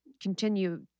continue